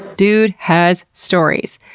dude. has. stories.